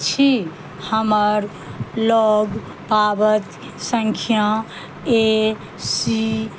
छी हमर लग पाबती सङ्ख्या ए सी